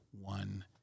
one